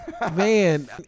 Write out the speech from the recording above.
Man